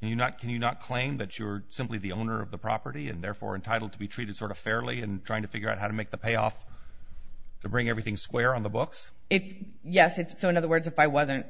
and you not can you not claim that you are simply the owner of the property and therefore entitled to be treated sort of fairly and trying to figure out how to make the pay off to bring everything square on the books if yes if so in other words if i wasn't